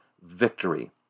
victory